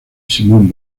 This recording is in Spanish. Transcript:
simón